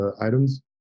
items